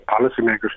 policymakers